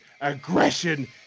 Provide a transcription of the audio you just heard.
aggression